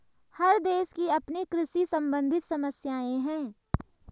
हर देश की अपनी कृषि सम्बंधित समस्याएं हैं